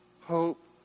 hope